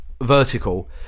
vertical